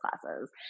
classes